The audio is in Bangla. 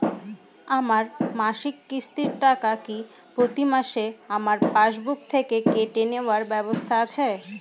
আমার মাসিক কিস্তির টাকা কি প্রতিমাসে আমার পাসবুক থেকে কেটে নেবার ব্যবস্থা আছে?